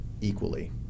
equally